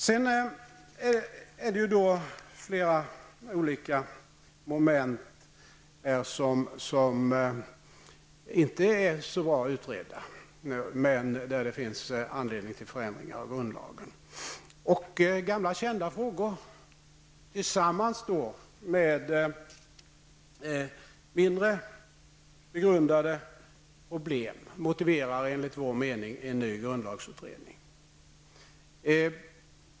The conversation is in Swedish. Sedan är det ju flera olika moment som inte är så bra utredda men där det finns anledning till förändringar i grundlagen. Gamla kända frågor tillsammans med mindre begrundade problem motiverar enligt vår mening en ny grundlagsutredning.